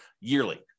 yearly